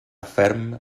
ferm